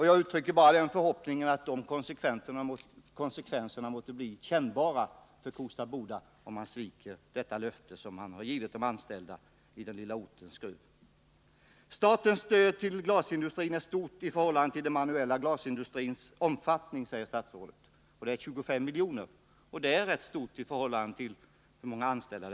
Jag uttrycker bara förhoppningen att dessa konsekvenser måtte bli kännbara för Kosta Boda, om man sviker det löfte man givit de anställda i den lilla orten Skruv. Statens stöd till glasindustrin är stort i förhållande till den manuella glasindustrins omfattning, säger statsrådet. Det uppgår till 25 milj.kr., vilket är ett rätt stort belopp i förhållande till antalet anställda.